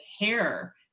hair